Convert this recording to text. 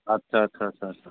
आच्चा आच्चा